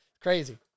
Crazy